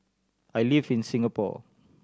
I live in Singapore